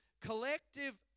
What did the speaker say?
collective